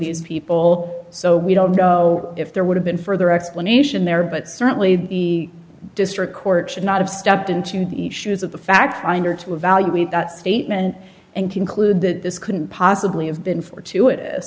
these people so we don't know if there would have been further explanation there but certainly the district court should not have stepped into the shoes of the fact finder to evaluate that statement and conclude that this couldn't possibly have been for